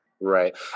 right